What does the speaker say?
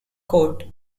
court